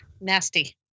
Nasty